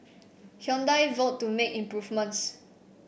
Hyundai vowed to make improvements